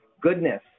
goodness